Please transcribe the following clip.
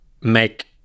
make